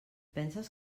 penses